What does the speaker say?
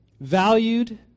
valued